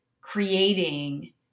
creating